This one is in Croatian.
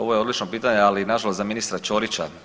Ovo je odlično pitanje, ali nažalost za ministra Ćorića.